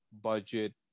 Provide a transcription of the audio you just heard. budget